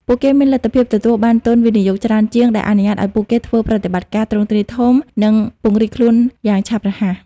ពួកគេមានលទ្ធភាពទទួលបានទុនវិនិយោគច្រើនជាង ដែលអនុញ្ញាតឲ្យពួកគេធ្វើប្រតិបត្តិការទ្រង់ទ្រាយធំ និងពង្រីកខ្លួនយ៉ាងឆាប់រហ័ស។